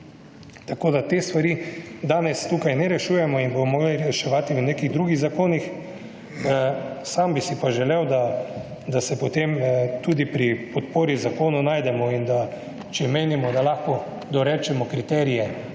Tako, da te stvar danes tukaj ne rešujemo in jih bomo morali reševati v nekih drugih zakonih. Sam bi si pa želel, da se potem tudi pri podpori zakonu najdemo in da, če menimo, da lahko dorečemo kriterije,